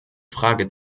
frage